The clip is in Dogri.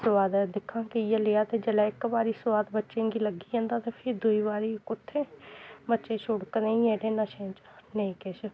सोआद ऐ दिक्ख हां किऐ लेआ ते जेल्लै इक बारी सोआद बच्चें गी लग्गी जंदा ते फ्ही दूई बारी कु'त्थै बच्चे छुड़कदे न जेह्ड़े नशें च नेईं किश